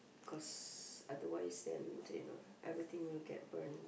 cause otherwise them do you know everything will get burn